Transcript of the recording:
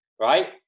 right